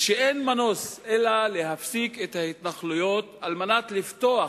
ושאין מנוס מלהפסיק את ההתנחלויות על מנת לפתוח,